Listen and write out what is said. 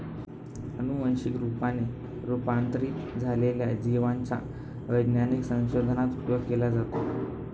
अनुवंशिक रूपाने रूपांतरित झालेल्या जिवांचा वैज्ञानिक संशोधनात उपयोग केला जातो